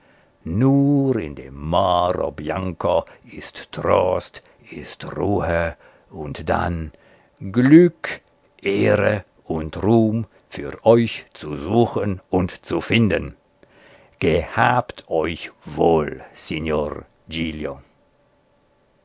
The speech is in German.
nur in dem moro bianco ist trost ist ruhe und dann glück ehre und ruhm für euch zu suchen und zu finden gehabt euch wohl signor